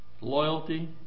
loyalty